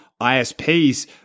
ISPs